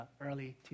early